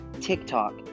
TikTok